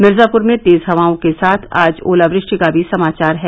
मिर्जापुर में तेज हवाओं के साथ आज ओलावृष्टि का भी समाचार है